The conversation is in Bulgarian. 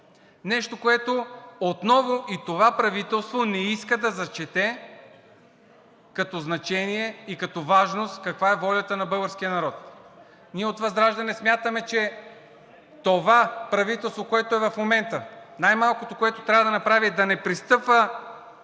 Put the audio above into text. Нещо, което отново и това правителство не иска да зачете като значение и като важност – каква е волята на българския народ. Ние от ВЪЗРАЖДАНЕ смятаме, че това правителство, което е в момента, най-малкото, което трябва да направи, е да не пристъпва